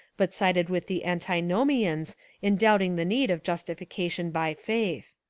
but sided with the antinomians in doubting the need of justification by faith.